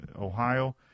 Ohio